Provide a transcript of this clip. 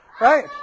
Right